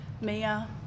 Mia